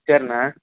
சரிண்ணே